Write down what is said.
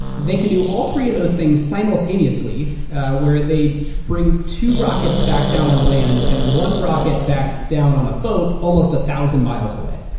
they can do all three of those things simultaneously where they bring two rockets back down on land and one rocket back down on a boat almost a thousand miles away.